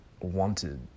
wanted